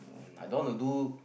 I don't want to do